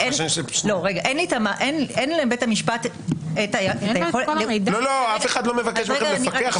אף אחד לא מבקש מכם לפקח,